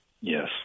Yes